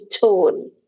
tone